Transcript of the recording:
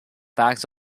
facts